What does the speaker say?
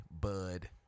bud